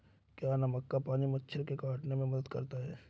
क्या नमक का पानी मच्छर के काटने में मदद करता है?